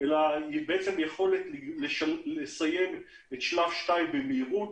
אלא יש לנו יכולת לסיים את שלב 2 במהירות,